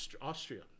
Austria